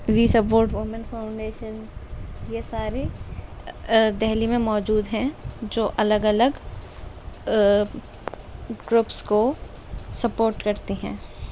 وی support women foundation یہ سارے دہلی میں موجود ہیں جو الگ الگ گروپس کو سپورٹ کرتی ہیں